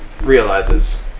realizes